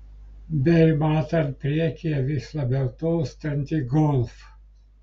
bei matant priekyje vis labiau tolstantį golf